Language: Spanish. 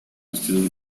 vestidos